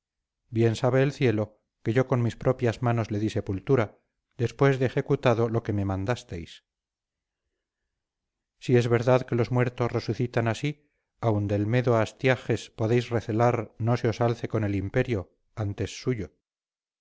bien sabe el cielo que yo con mis propias manos le di sepultura después de ejecutado lo que me mandasteis si es verdad que los muertos resucitan así aun del medo astiages podéis recelar no se os alce con el imperio antes suyo